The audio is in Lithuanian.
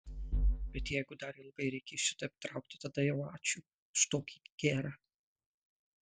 bet jeigu dar ilgai reikės šitaip traukti tada jau ačiū už tokį gerą